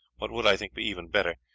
what would, i think, be even better,